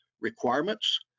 requirements